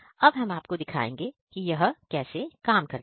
अब हम आपको दिखाएंगे के यह कैसे काम करता है